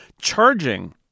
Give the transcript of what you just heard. charging